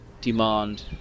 demand